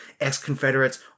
Ex-Confederates